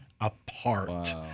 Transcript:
apart